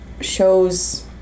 shows